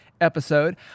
episode